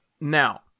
Now